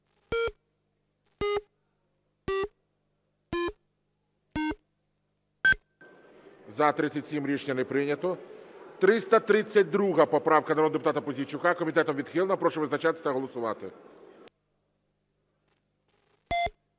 За-37 Рішення не прийнято. 332 поправка народного депутата Пузійчука. Комітетом відхилена. Прошу визначатись та голосувати.